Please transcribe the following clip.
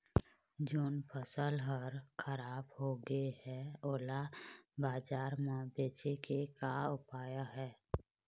जोन फसल हर खराब हो गे हे, ओला बाजार म बेचे के का ऊपाय हे?